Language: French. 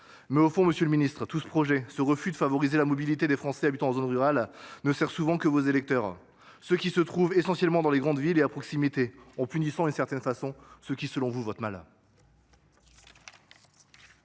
mais au fond M.. le Ministre, tout ce projet, ce refus de favoriser la mobilité des Français habitant en zone rurale nee sert souvent qu'axées qu'aux électeurs ce qui se trouve essentiellement dans les grandes villes, est à proximité en punissant d'une certaine façon ceux qui, selon vous, votre malade.